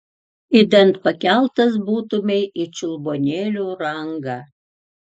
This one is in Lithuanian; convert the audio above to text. idant pakeltas būtumei į čiulbuonėlių rangą